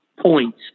points